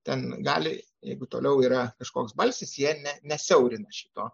ten gali jeigu toliau yra kažkoks balsis jie ne nesiaurina šito